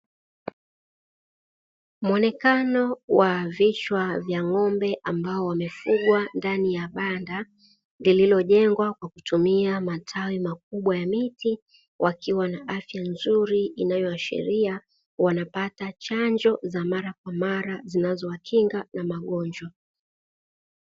Muonekano wa vichwa vya ng'ombe ambao wamefugwa ndani ya banda lililojengwa kwa kutumia matawi makubwa ya miti, wakiwa na afya nzuri inayoashiria wanapata chanjo za mara kwa mara zinazowakinga na magonjwa.